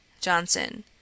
Johnson